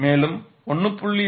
மேலும் 1